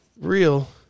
Real